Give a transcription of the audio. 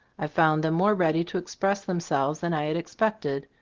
i found them more ready to express them selves than i had expected,